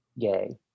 gay